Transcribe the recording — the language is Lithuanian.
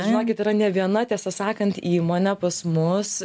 žinokit yra ne viena tiesą sakant įmonė pas mus